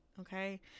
Okay